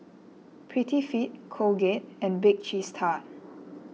Prettyfit Colgate and Bake Cheese Tart